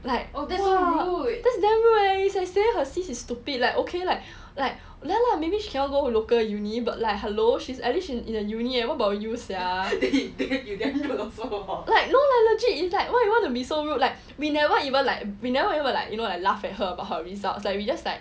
like oh that's damn rude eh it's like saying her sis is stupid like okay like like ya lah maybe cannot go local uni but like hello she's at least she's in the uni eh what about you sia like no lah legit it's like why you want to be so rude like we never even like we never even like you know like laugh at her about her results like we just like